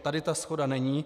Tady ta shoda není.